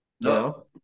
no